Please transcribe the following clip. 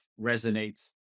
resonates